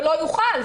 ולא יוכל,